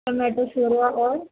tomato شوربا اور